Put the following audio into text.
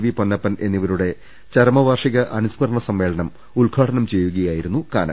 V Ponnappan എന്നിവരുടെ ചരമ വാർഷിക അനുസ്മരണ സമ്മേളനം ഉദ്ഘാടനം ചെയ്യുകയായിരുന്നു കാനം